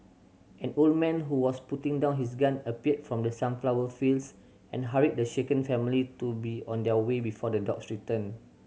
an old man who was putting down his gun appeared from the sunflower fields and hurried the shaken family to be on their way before the dogs return